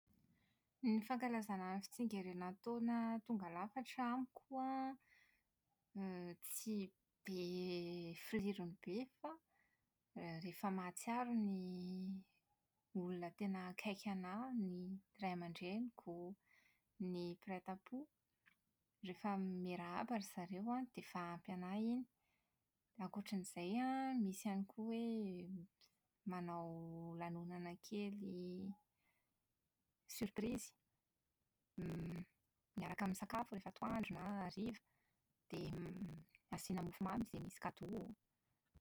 Ny fankalazana ny fitsingerenan'ny taona tonga lafatra amiko an > tsy be filirony be fa rehefa mahatsiaro ny olona tena akaiky an'ahy, ny ray amandreniko ny mpiray tampo. Rehefa miarahaba ry zareo an dia efa ampy an'ahy iny. Ankoatra an'izay an misy ihany koa hoe manao lanonana kely surprise > miaraka misakafo rehefa antoandro na hariva dia > asiana mofomamy, dia misy cadeau.